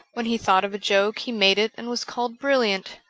when he thought of a joke he made it and was called brilliant.